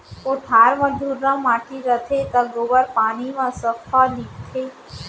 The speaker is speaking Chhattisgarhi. कोठार म धुर्रा माटी रथे त गोबर पानी म सफ्फा लीपथें